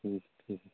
ਹੂੰ ਠੀਕ